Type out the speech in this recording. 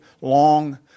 long